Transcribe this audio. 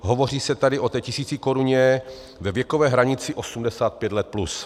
Hovoří se tady o té tisícikoruně ve věkové hranici 85 let plus.